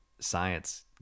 Science